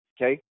Okay